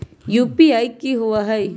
UPI कि होअ हई?